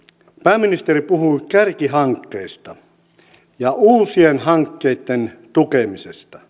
sitten pääministeri puhui kärkihankkeista ja uusien hankkeitten tukemisesta